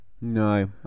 No